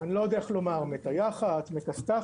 אני לא יודע איך לומר, מטייחת, מכסת"חת.